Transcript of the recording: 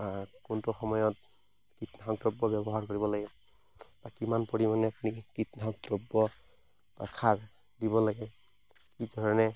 কোনটো সময়ত কীটনাশক দ্ৰব্য ব্যৱহাৰ কৰিব লাগে বা কিমান পৰিমাণে আপুনি কীটনাশক দ্ৰব্য বা সাৰ দিব লাগে কি ধৰণে